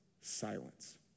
silence